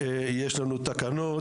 יש לנו תקנות,